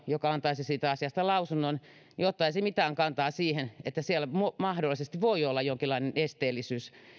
joka antaisi siitä asiasta lausunnon käsitykseni mukaan ottaisi mitään kantaa siihen että siellä mahdollisesti voi olla jonkinlainen esteellisyys